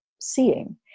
seeing